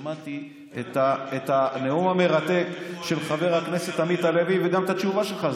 שמעתי את הנאום המרתק של חבר הכנסת עמית הלוי וגם את התשובה שלך.